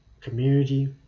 community